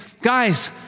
guys